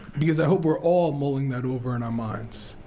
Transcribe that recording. because i hope we're all mulling that over in our minds.